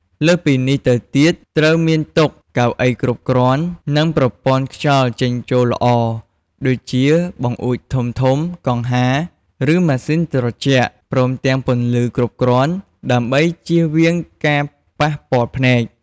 លើសពីនេះទៅទៀត ត្រូវមានតុ កៅអីគ្រប់គ្រាន់ និងប្រព័ន្ធខ្យល់ចេញចូលល្អ ដូចជាបង្អួចធំៗ កង្ហារ ឬម៉ាស៊ីនត្រជាក់ ព្រមទាំងពន្លឺគ្រប់គ្រាន់ដើម្បីជៀសវាងការប៉ះពាល់ភ្នែក។